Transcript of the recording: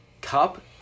Cup